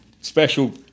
special